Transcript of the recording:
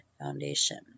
Foundation